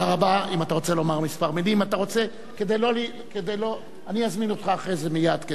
אם אתה רוצה לומר כמה מלים אני אזמין אותך מייד אחרי זה.